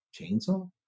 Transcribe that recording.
chainsaw